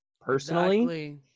personally